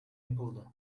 yapıldı